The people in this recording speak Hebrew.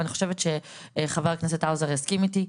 ואני חושבת שחה"כ האוזר יסכים איתי,